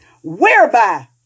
whereby